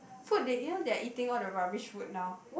so they you know they are eating all the rubbish food now